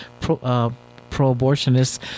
pro-abortionists